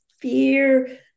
fear